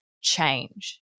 change